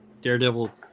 Daredevil